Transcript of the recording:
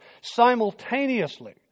simultaneously